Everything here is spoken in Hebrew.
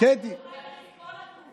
פריימריז כל התקופה.